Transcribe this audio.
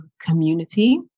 community